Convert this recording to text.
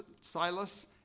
Silas